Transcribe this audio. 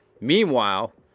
Meanwhile